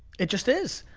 it just is.